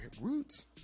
roots